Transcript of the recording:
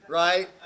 right